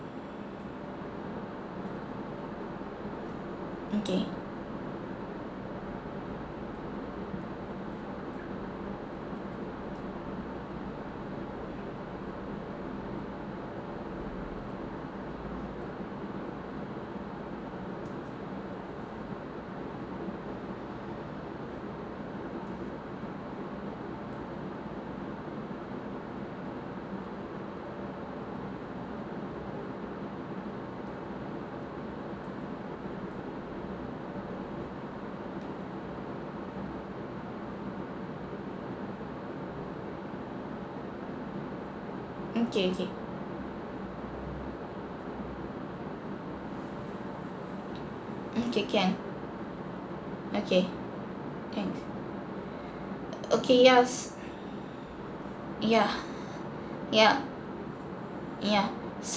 okay okay okay okay can okay can okay yes yeah yup yeah